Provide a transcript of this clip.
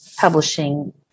publishing